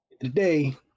today